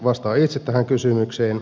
vastaan itse tähän kysymykseen